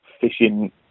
fishing